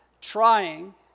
Trying